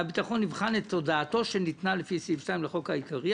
"יבחן את הודעתו שניתנה לפי סעיף 2 לחוק העיקרי,